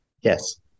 Yes